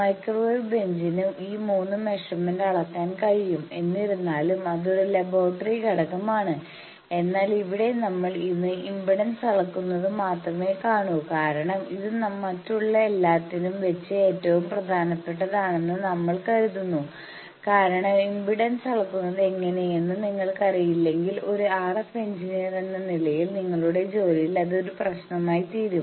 microwave ബെഞ്ചിന് ഈ 3 measurement അളക്കാൻ കഴിയും എന്നിരുന്നാലും അതൊരു ലബോറട്ടറി ഘടകമാണ് എന്നാൽ ഇവിടെ നമ്മൾ ഇന്ന് ഇംപെഡൻസ് അളക്കുന്നത് മാത്രമേ കാണൂ കാരണം ഇത് മറ്റുള്ള എല്ലാത്തിലും വെച്ച് ഏറ്റവും പ്രധാനപ്പെട്ടതാണെന്ന് നമ്മൾ കരുതുന്നു കാരണം ഇംപെഡൻസ് അളക്കുന്നത് എങ്ങനെയെന്ന് നിങ്ങൾക്കറിയില്ലെങ്കിൽ ഒരു RF എഞ്ചിനീയർ എന്ന നിലയിൽ നിങ്ങളുടെ ജോലിയിൽ അത് ഒരു പ്രശ്നമായി തീരും